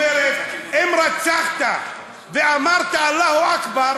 אומר שכל הערבים מחבלים.